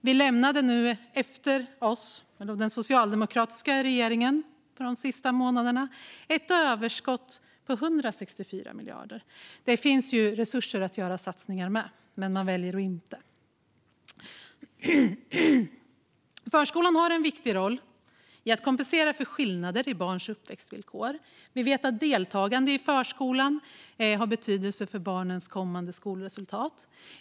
Vår regering - eller snarare den socialdemokratiska, under de sista månaderna - lämnade efter sig ett överskott på 164 miljarder. Det finns alltså resurser att göra satsningar med, men den nuvarande regeringen väljer att inte göra det. Förskolan har en viktig roll i att kompensera för skillnader i barns uppväxtvillkor. Deltagande i förskolan har betydelse för barnens kommande skolresultat.